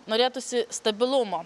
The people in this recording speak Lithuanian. norėtųsi stabilumo